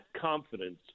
confidence